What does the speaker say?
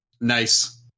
Nice